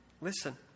Listen